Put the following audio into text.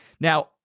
Now